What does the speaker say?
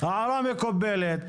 ההערה מקובלת.